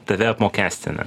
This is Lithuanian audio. tave apmokestina